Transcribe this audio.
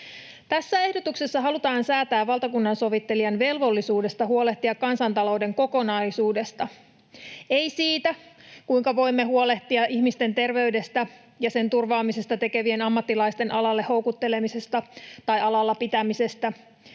Tässä ehdotuksessa halutaan säätää valtakunnansovittelijan velvollisuudesta huolehtia kansantalouden kokonaisuudesta, ei siitä, kuinka voimme huolehtia ihmisten terveydestä ja sen turvaamisesta huolehtivien ammattilaisten alalle houkuttelemisesta tai alalla pitämisestä,